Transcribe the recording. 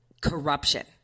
corruption